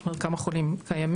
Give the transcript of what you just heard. זאת אומרת כמה חולים קיימים?